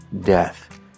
death